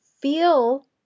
feel